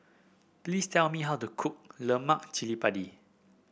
please tell me how to cook Lemak Cili Padi